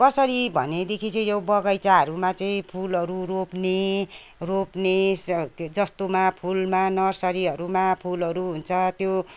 कसरी भनेदेखि चाहिँ यो बगैँचाहरूमा चाहिँ फुलहरू रोप्ने रोप्ने जस्तोमा फुलमा नर्सरीहरूमा फुलहरू हुन्छ त्यो